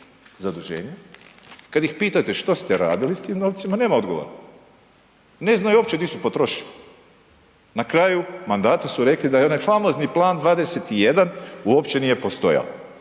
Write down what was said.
zaduženja, kada ih pitate što ste radili s tim novcima nema odgovora. Ne znaju uopće gdje su potrošili. Na kraju mandata su rekli da je onaj famozni Plan 21 uopće nije postojao,